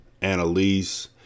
Annalise